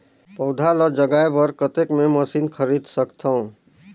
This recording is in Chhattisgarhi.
पौधा ल जगाय बर कतेक मे मशीन खरीद सकथव?